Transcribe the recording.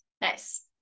Nice